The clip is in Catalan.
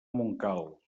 montcal